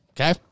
Okay